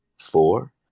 four